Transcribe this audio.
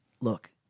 Look